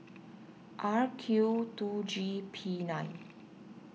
R Q two G P nine